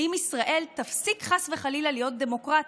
ואם ישראל תפסיק חס וחלילה להיות דמוקרטית,